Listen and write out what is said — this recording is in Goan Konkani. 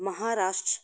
महाराष्ट्र